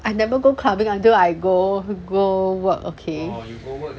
I never go clubbing until I go go work okay